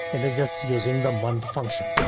it is just using the month function.